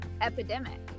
epidemic